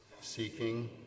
seeking